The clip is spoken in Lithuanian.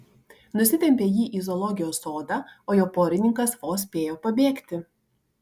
nusitempė jį į zoologijos sodą o jo porininkas vos spėjo pabėgti